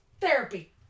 Therapy